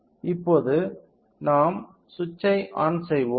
இப்போது நாம் சுவிட்ச் ஐ ஆன் செய்வோம்